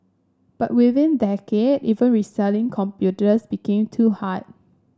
but within decade even reselling computers became too hard